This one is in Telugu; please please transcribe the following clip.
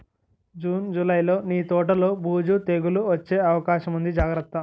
జూన్, జూలైలో నీ తోటలో బూజు, తెగులూ వచ్చే అవకాశముంది జాగ్రత్త